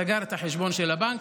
סגר את החשבון של הבנק,